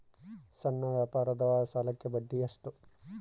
ಸಣ್ಣ ವ್ಯಾಪಾರದ ಸಾಲಕ್ಕೆ ಬಡ್ಡಿ ಎಷ್ಟು?